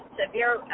severe